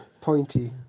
Pointy